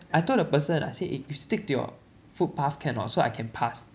I told the person I said eh you stick to your footpath can or not so I can pass